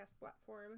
platform